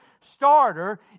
starter